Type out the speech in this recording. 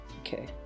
okay